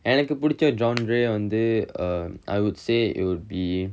எனக்கு பிடிச்ச:enakku pidicha genre வந்து:vanthu err I would say it would be